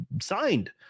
signed